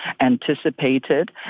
anticipated